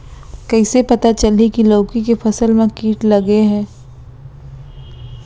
कइसे पता चलही की लौकी के फसल मा किट लग गे हे?